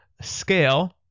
scale